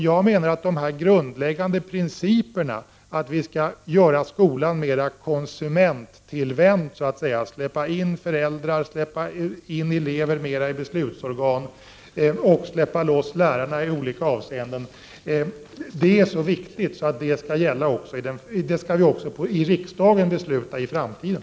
Jag menar att de grundläggande principerna, att vi skall göra skolan mer konsumenttillvänd, släppa in föräldrar och elever mer i beslutsorganen och släppa loss lärarna i olika avseenden, är så viktiga att vi skall besluta om dem i riksdagen även i framtiden.